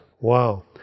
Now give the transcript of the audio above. wow